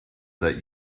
that